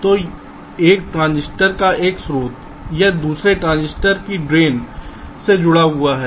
तो एक ट्रांजिस्टर का यह स्रोत यह दूसरे ट्रांजिस्टर की ड्रेन से जुड़ा हुआ है